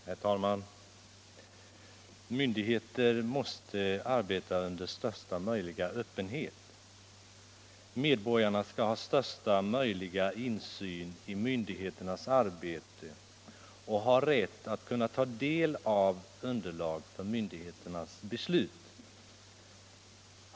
Herr talman! Myndigheter måste arbeta under största möjliga öppenhet. Medborgarna skall ha största möjliga insyn i myndigheternas arbete och rätt att kunna ta del av underlag för myndigheternas beslut.